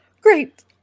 great